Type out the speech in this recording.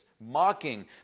mocking